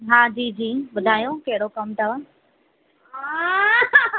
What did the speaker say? हा जी जी ॿुधायो कहिड़ो कमु अथव